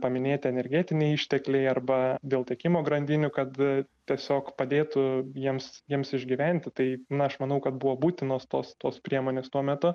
paminėti energetiniai ištekliai arba dėl tiekimo grandinių kad tiesiog padėtų jiems jiems išgyventi tai na aš manau kad buvo būtinos tos tos priemonės tuo metu